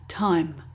time